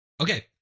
Okay